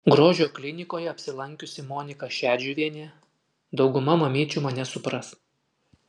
grožio klinikoje apsilankiusi monika šedžiuvienė dauguma mamyčių mane supras